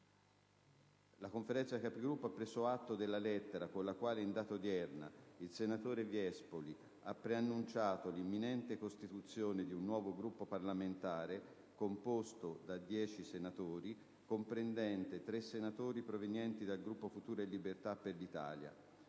la Conferenza dei Capigruppo ha preso atto della lettera con la quale, in data odierna, il senatore Viespoli ha preannunciato l'imminente costituzione di un nuovo Gruppo parlamentare, composto da dieci senatori, comprendente tre senatori provenienti dal Gruppo Futuro e Libertà per l'Italia.